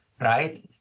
right